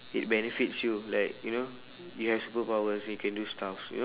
it benefits you like you know you have superpowers you can do stuff you know